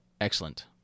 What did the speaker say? Excellent